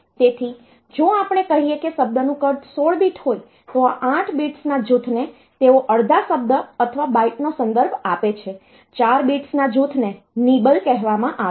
તેથી જો આપણે કહીએ કે શબ્દનું કદ 16 બીટ હોય તો 8 બિટ્સના જૂથને તેઓ અડધા શબ્દ અથવા બાઈટનો સંદર્ભ આપે છે 4 બિટ્સના જૂથને નિબલ કહેવામાં આવે છે